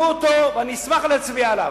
ואני אשמח להצביע עליו.